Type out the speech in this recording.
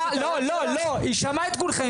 לא, לא, לא, היא שמעה את כולכם.